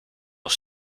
nog